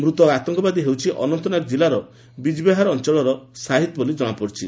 ମୃତ ଆତଙ୍କବାଦୀ ହେଉଛି ଅନନ୍ତନାଗ ଜିଲ୍ଲାର ବିଜବେହାରା ଅଞ୍ଚଳର ସାହିଦ ବୋଲି ଜଣାପଡ଼ିଛି